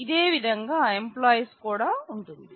ఇదే విధంగా ఎంప్లాయిస్ కూడా ఉంటుంది